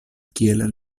kiel